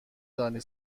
دانید